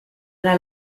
era